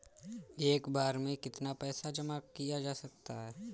एक बार में कितना पैसा जमा किया जा सकता है?